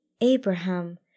Abraham